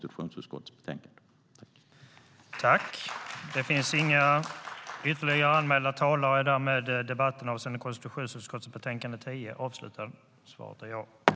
Jag yrkar på godkännande av utskottets anmälan. Överläggningen var härmed avslutad.